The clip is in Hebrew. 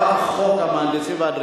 מי מציג את הצעת חוק המהנדסים והאדריכלים?